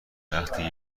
وقتی